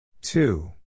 Two